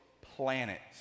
planets